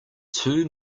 too